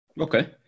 Okay